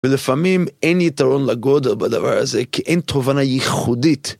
ולפעמים אין יתרון לגודל בדבר הזה כי אין תובנה ייחודית.